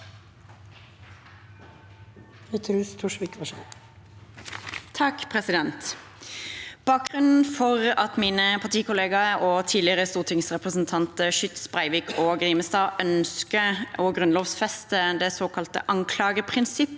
(V) Bakgrun- nen for at mine partikollegaer og tidligere stortingsrepresentanter Schytz, Breivik og Grimstad ønsker å grunnlovfeste det såkalte anklageprinsippet,